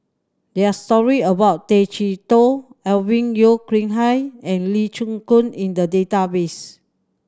there are story about Tay Chee Toh Alvin Yeo Khirn Hai and Lee Chin Koon in the database